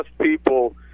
people